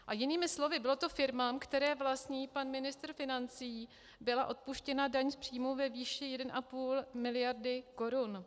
A jinými slovy, bylo to firmám, které vlastní pan ministr financí, byla odpuštěna daň z příjmu ve výši 1,5 miliardy korun.